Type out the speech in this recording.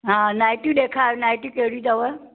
हा नाइटियूं ॾेखारु नाइटियूं कहिड़ियूं अथव